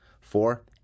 Four